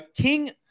King